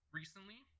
recently